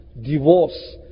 divorce